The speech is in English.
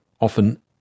often